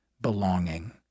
belonging